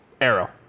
Arrow